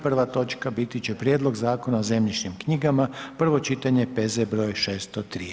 Prvo točka biti će Prijedlog zakona o zemljišnim knjigama, prvo čitanje, P.Z. br. 603.